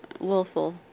willful